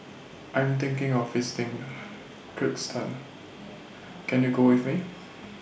I Am thinking of visiting Kyrgyzstan Can YOU Go with Me